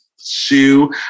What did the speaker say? shoe